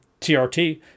TRT